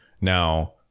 now